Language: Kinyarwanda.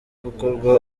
gukorwa